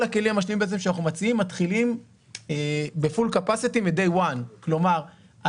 הכלים המשלימים שאנחנו מציעים מתחילים בפול קפסטי מ-DAY ONE. כלומר,